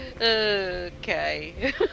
Okay